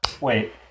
Wait